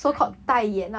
答应